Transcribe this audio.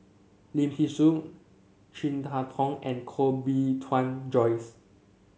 Lim Thean Soo Chin Harn Tong and Koh Bee Tuan Joyce